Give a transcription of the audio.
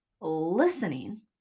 listening